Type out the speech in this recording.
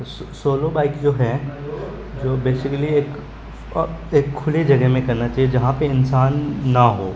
solve bike جو ہیں جو بیسیکلی ایک ایک کھلے جگہ میں کرنا چاہیے جہاں پہ انسان نہ ہو